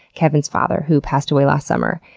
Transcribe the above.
kevin's father, who passed away last summer.